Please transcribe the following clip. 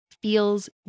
feels